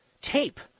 tape